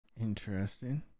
Interesting